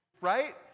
right